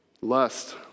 Lust